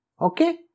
Okay